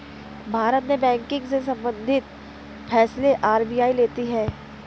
भारत में बैंकिंग से सम्बंधित फैसले आर.बी.आई लेती है